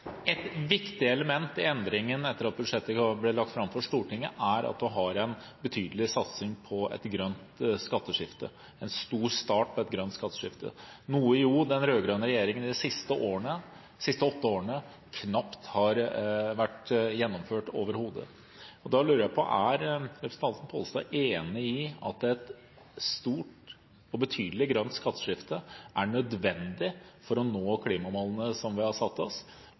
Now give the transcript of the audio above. Et viktig element i endringen etter at budsjettet ble lagt fram for Stortinget, er at man har en betydelig satsing på et grønt skatteskifte. Det er en stor start på et grønt skatteskifte. Det er noe den rød-grønne regjeringen de siste åtte årene knapt har gjennomført overhodet. Er representanten Pollestad enig i at et stort og betydelig grønt skatteskifte er nødvendig for å nå klimamålene vi har satt oss,